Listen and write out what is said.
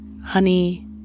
honey